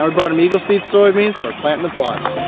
i brought them eagle seed soybeans and we're planting the plots.